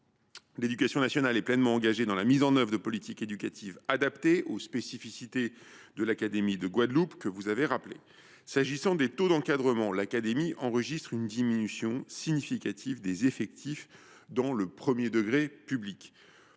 L’éducation nationale est pleinement engagée dans la mise en œuvre de politiques éducatives adaptées aux spécificités de l’académie de Guadeloupe, que vous avez rappelées. Pour ce qui est des taux d’encadrement, l’académie enregistre une diminution significative des effectifs dans le premier degré public.